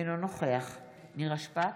אינו נוכח נירה שפק,